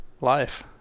Life